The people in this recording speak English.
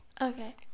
okay